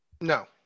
No